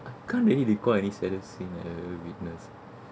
I can't really recall any saddest scene eh that I witness